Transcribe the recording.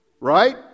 Right